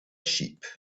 sheep